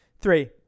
Three